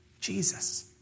Jesus